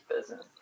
business